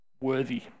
worthy